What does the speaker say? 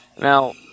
Now